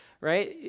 right